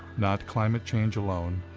not climate change alone.